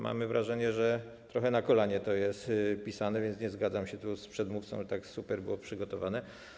Mamy wrażenie, że trochę na kolanie to jest pisane, więc nie zgadzam się tu z przedmówcą, że to super było przygotowane.